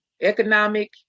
economic